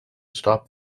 stop